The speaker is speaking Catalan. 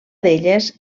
d’elles